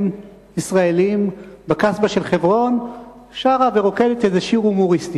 ישראלים בקסבה של חברון שרה ורוקדת איזשהו שיר הומוריסטי.